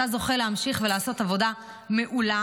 אתה זוכה להמשיך ולעשות עבודה מעולה,